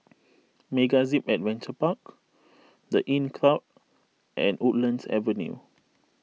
MegaZip Adventure Park the Inncrowd and Woodlands Avenue